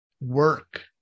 work